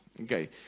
Okay